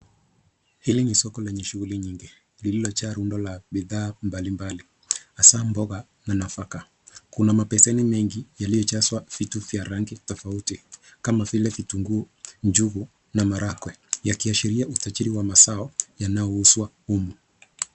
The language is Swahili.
Hili ni soko lenye shuguli nyingi lililojaa rundo la bidhaa mbalimbali hasaa mboga na nafaka, kuna mabeseni mengi yaliyojazwa vitu vya rangi tofauti kama vile vitunguu, njugu na maragwe yakiashiria utajiri wa mazao yanayouzwa humu.